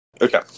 Okay